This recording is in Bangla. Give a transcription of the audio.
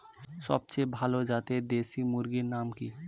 সবচেয়ে ভালো জাতের দেশি মুরগির নাম কি?